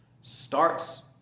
starts